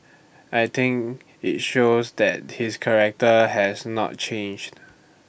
I think IT shows that his character has not changed